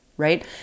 Right